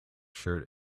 shirt